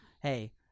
Hey